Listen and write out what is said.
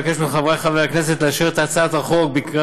אני מבקש מחברי חברי הכנסת לאשר את הצעת החוק בקריאה